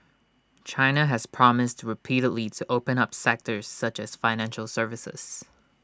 China has promised repeatedly to open up sectors such as financial services